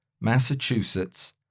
Massachusetts